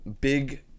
Big